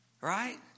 Right